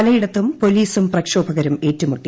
പലയിടത്തും പോലീസും പ്രക്ഷോഭകരും ഏറ്റുമുട്ടി